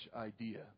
idea